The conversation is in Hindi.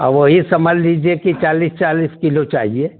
और वही समझ लीजिए कि चालीस चालीस किलो चाहिए